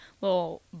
little